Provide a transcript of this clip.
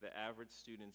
the average students